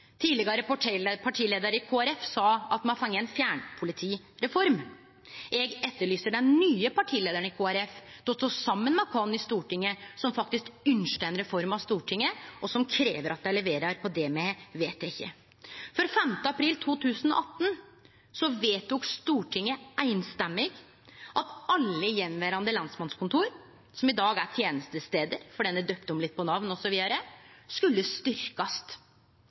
i Kristeleg Folkeparti sa at me hadde fått ei «fjernpolitireform». Eg etterlyser at den nye partileiaren i Kristeleg Folkeparti står saman med oss i Stortinget som faktisk ynskjer den reforma, og som krev at dei leverer på det me har vedteke. For den 5. april 2018 vedtok Stortinget samrøystes at alle attverande lensmannskontor som i dag er tenestestader – dei er døypte litt om, osv. – skulle